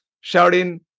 shouting